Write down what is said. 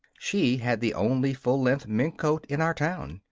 she had the only full-length mink coat in our town,